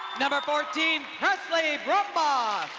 number fourteen, presley brumbaugh.